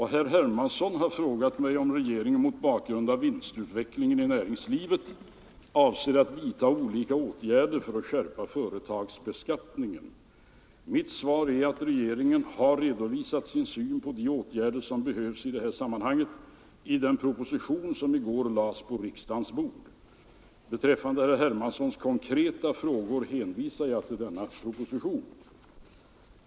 Herr Hermansson har frågat mig om regeringen mot bakgrund av vinstutvecklingen i näringslivet avser att vidta olika åtgärder för att skärpa företagsbeskattningen. Mitt svar är att regeringen har redovisat sin syn på de åtgärder som behövs i detta sammanhang i den proposition som i går lades på riksdagens bord. Beträffande herr Hermanssons konkreta frågor hänvisar jag till denna proposition.